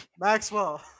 Maxwell